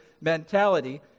mentality